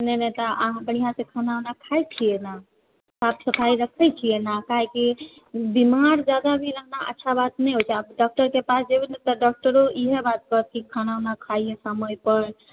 नहि नहि तऽ अहाँ बढ़िऑं सऽ खाना उना खाइ छियै ने साफ सफाइ रखै छियै ने काहे कि बीमार जादा भी रहना अच्छा बात नहि होइ छै आब डॉक्टर के पास जेबै तऽ डॉक्टरो इएहे बात कहत कि खाना उना खाइये समय पर